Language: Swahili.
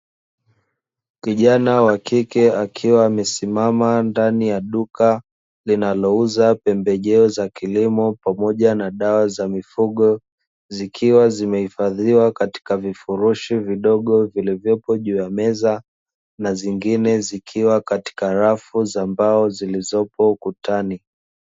Kijana wa kike akiwa amesimama ndani ya duka linalouza pembejeo za kilimo pamoja na dawa za mifugo, zikiwa zimehifadhiwa katika vifurushi vidogo vilivyopo juu ya meza, na zingine zikiwa katika rafu za mbao zilizopo ukutani.